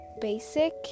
basic